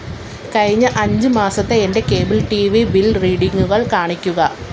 കഴിഞ്ഞ അഞ്ച് മാസത്തെ എൻ്റെ കേബിൾ ടി വി ബിൽ റീഡിംഗുകൾ കാണിക്കുക